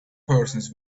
persons